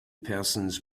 persons